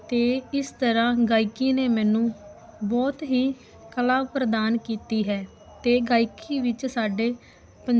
ਅਤੇ ਇਸ ਤਰ੍ਹਾਂ ਗਾਇਕੀ ਨੇ ਮੈਨੂੰ ਬਹੁਤ ਹੀ ਕਲਾ ਪ੍ਰਦਾਨ ਕੀਤੀ ਹੈ ਅਤੇ ਗਾਇਕੀ ਵਿੱਚ ਸਾਡੇ ਪੰ